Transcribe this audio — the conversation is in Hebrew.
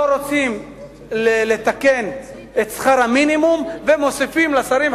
לא רוצים לתקן את שכר המינימום, ומוסיפים לשרים.